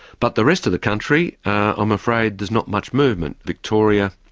but the rest of the country, i'm afraid there's not much movement. victoria,